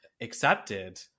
accepted